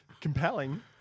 compelling